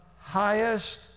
highest